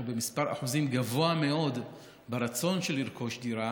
במספר אחוזים גבוה מאוד ברצון לרכוש דירה